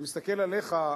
אני מסתכל עליך,